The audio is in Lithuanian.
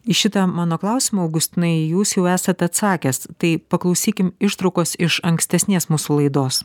į šitą mano klausimą augustinai jūs jau esat atsakęs tai paklausykim ištraukos iš ankstesnės mūsų laidos